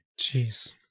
Jeez